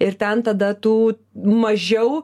ir ten tada tu mažiau